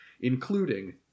Including